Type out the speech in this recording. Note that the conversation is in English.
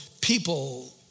people